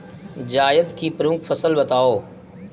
जायद की प्रमुख फसल बताओ